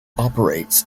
operates